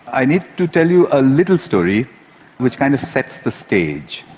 i need to tell you a little story which kind of sets the stage.